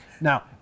Now